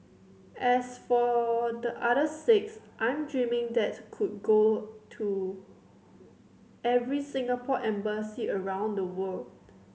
as for the other six I'm dreaming that could go to every Singapore embassy around the world